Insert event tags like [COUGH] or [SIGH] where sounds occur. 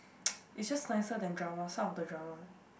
[NOISE] it's just nicer than drama some of the drama